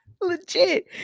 Legit